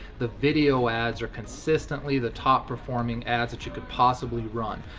the video ads are consistently the top performing ads that you could possibly run.